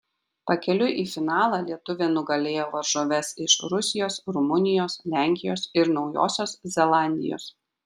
pakeliui į finalą lietuvė nugalėjo varžoves iš rusijos rumunijos lenkijos ir naujosios zelandijos